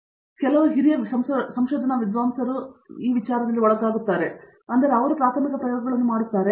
ಆದ್ದರಿಂದ ಅವರು ಕೆಲವು ಹಿರಿಯ ಸಂಶೋಧನಾ ವಿದ್ವಾಂಸರಲ್ಲಿ ಒಳಗಾಗುತ್ತಾರೆ ಮತ್ತು ಪ್ರಾಥಮಿಕ ಪ್ರಯೋಗಗಳನ್ನು ಮಾಡುತ್ತಾರೆ